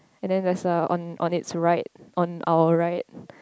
and then there's a on on it's on our right